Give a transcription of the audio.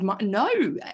no